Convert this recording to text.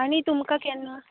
आनी तुमका केन्ना